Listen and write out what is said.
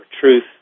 truth